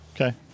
okay